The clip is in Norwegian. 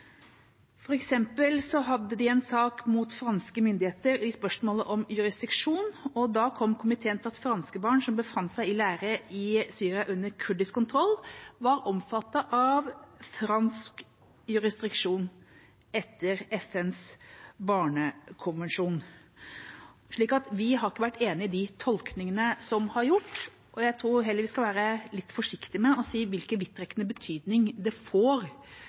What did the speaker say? hadde de en sak mot franske myndigheter i spørsmålet om jurisdiksjon, og da kom komiteen til at franske barn som befant seg i leire i Syria under kurdisk kontroll, var omfattet av fransk jurisdiksjon etter FNs barnekonvensjon. Vi har ikke vært enig i de tolkningene som har vært gjort, og jeg tror heller vi skal være litt forsiktig med å si hvilken vidtrekkende betydning det får